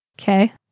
Okay